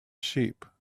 sheep